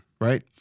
Right